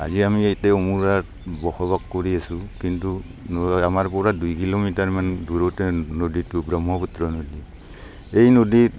আজি আমি এতিয়া মই ইয়াত বসবাস কৰি আছো কিন্তু আমাৰ পৰা দুই কিলোমিটাৰমান দূৰতে নদীটো ব্ৰহ্মপুত্ৰ নদী এই নদীত